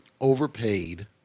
overpaid